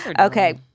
Okay